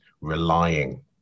relying